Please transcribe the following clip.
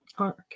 okay